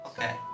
Okay